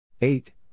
Eight